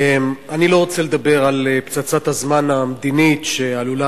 אני לא רוצה לדבר על פצצת הזמן המדינית שעלולה